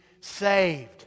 saved